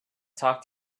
talk